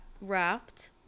wrapped